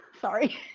sorry